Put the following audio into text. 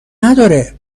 نداره